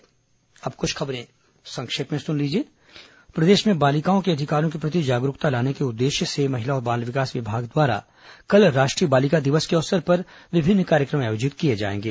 संक्षिप्त समाचार अब कुछ अन्य खबरें संक्षिप्त में प्रदेश में बालिकाओं के अधिकारों के प्रति जागरूकता लाने के उद्देश्य से महिला और बाल विकास विभाग द्वारा कल राष्ट्रीय बालिका दिवस के अवसर पर विभिन्न कार्यक्रम आयोजित किए जाएंगे